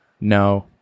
No